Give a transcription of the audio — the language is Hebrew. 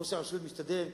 ראש הרשות משתדל,